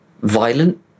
violent